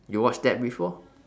you watched that before